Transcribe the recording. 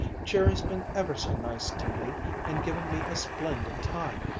jerry's been ever so nice to me and given me a splendid time,